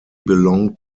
belonged